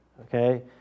okay